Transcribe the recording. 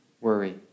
worry